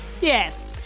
Yes